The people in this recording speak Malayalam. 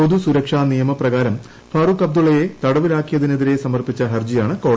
പൊതുസുരക്ഷാ നിയമ പ്രകാരം ഫറൂഖ് അബ്ദുള്ളയെ തടവിലാക്കിയതിനെതിരെ സമർപ്പിച്ച ഹർജിയാണ് കോടതി തള്ളിയത്